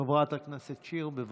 חברת הכנסת שיר, בבקשה.